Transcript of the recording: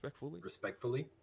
Respectfully